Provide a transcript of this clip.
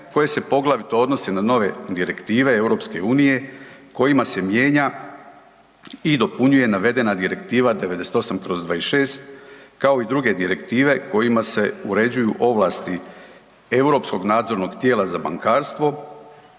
koje se poglavito odnose na nove direktive EU kojima se mijenja i dopunjuje navedena Direktiva 98/26, kao i druge direktive kojima se uređuju ovlasti Europskog nadzornog tijela za bankarstvo,